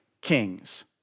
kings